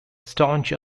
staunch